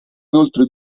inoltre